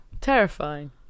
terrifying